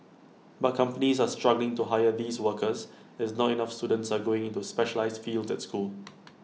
but companies are struggling to hire these workers as not enough students are going into specialised fields at school